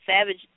Savage